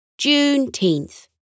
Juneteenth